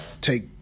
take